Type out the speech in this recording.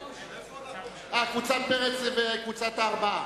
אדוני היושב-ראש הסתייגות קבוצת מרצ וקבוצת הארבעה.